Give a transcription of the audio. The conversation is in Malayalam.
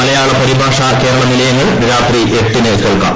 മലയാള പരിഭാഷ കേരള നിലയങ്ങളിൽ രാത്രി എട്ടിന് കേൾക്കാം